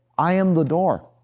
i am the door.